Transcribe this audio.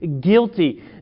guilty